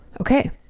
okay